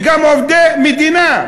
וגם עובדי המדינה,